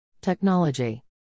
Technology